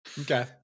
Okay